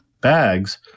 bags